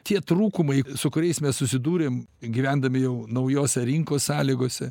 tie trūkumai su kuriais mes susidūrėm gyvendami jau naujose rinkos sąlygose